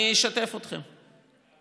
אני אשתף אתכם.